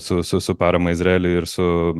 su su su parama izraeliui ir su